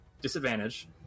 disadvantage